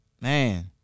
Man